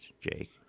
Jake